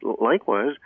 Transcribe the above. Likewise